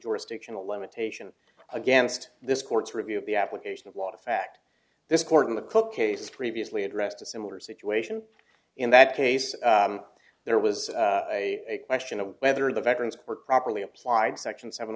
jurisdictional limitation against this court's review of the application of lot of fact this court in the cook case previously addressed a similar situation in that case there was a question of whether the veterans were properly applied section seven